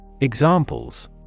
Examples